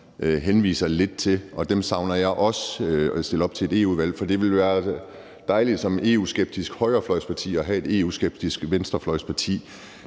henviser lidt til, og jeg savner også, at de stiller op til et valg til Europa-Parlamentet, for det ville være dejligt som EU-skeptisk højrefløjsparti at have et EU-skeptisk venstrefløjsparti,